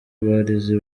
barezi